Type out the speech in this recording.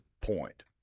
point